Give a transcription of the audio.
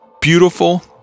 Beautiful